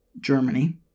Germany